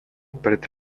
пред